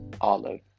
Olive